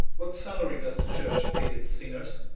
what salary does the church pay its singers?